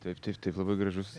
taip taip taip labai gražus